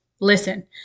Listen